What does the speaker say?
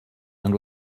and